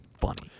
funny